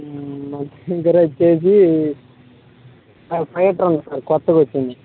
మ ఇగరోచేసి అటువైపుండి సార్ కొత్తది వచ్చింది